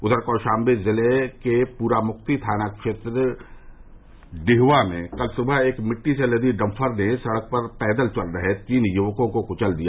उधर कौशाम्बी जिले के पूरामुफ्ती थाना क्षेत्र डिहवा में कल सुबह एक मिट्टी से लदी डंफर ने सड़क पर पैदल चल रहे तीन युवको को कुचल दिया